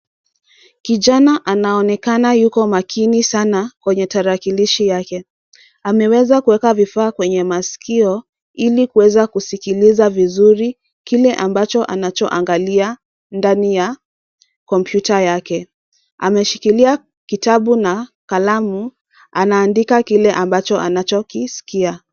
Kijana anaonekana yuko makini sana kwenye tarakilishi yake. Ameweza kuweka vifaa kwenye masikio ili kuweza kusikiliza vizuri kile ambacho anachoangalia ndani ya kompyuta yake. Ameshikilia kitabu na kalamu anaandika kile ambacho anakiskia.